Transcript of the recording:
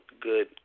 good